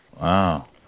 Wow